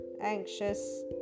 anxious